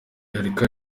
erica